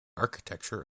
architecture